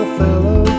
fellow